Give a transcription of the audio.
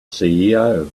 ceo